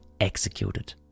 executed